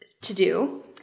to-do